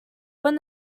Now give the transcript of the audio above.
when